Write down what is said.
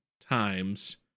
times